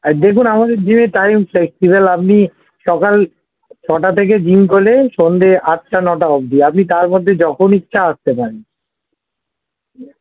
দেখুন আমাদের যে টাইম সে এবার আপনি সকাল ছটা থেকে জিম খোলে সন্ধ্যে আটটা নটা অবধি আপনি তার মধ্যে যখন ইচ্ছা আসতে পারেন